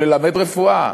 או ללמוד רפואה,